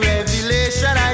Revelation